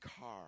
car